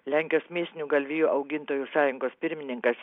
lenkijos mėsinių galvijų augintojų sąjungos pirmininkas